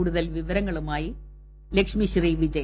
കൂടുതൽ വിവരങ്ങളുമായി ലക്ഷ്മിശ്രീ വിജയ